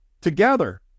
together